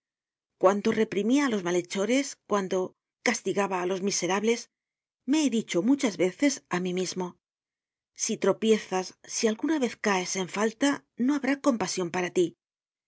cuando reprimia á los malhechores cuando castigaba á los miserables me he dicho muchas veces á mí mismo si tropiezas si alguna vez caes en falta no habrá compasion para tí